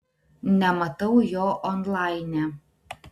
nematau jo onlaine